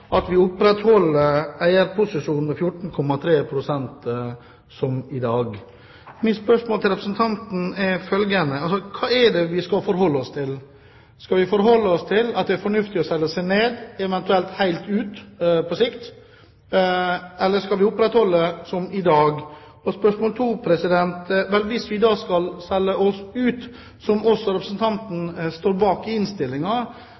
at vi opprettholder eierposisjonen med 14,3 pst., som i dag. Mitt første spørsmål til representanten er følgende: Hva er det vi skal forholde oss til? Skal vi forholde oss til at det er fornuftig å selge seg ned, eventuelt helt ut, på sikt, eller skal vi opprettholde eierposisjonen, som i dag? Spørsmål 2 er: Hvis vi skal selge oss ut, noe også representanten står bak i